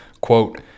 quote